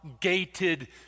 gated